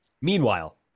Meanwhile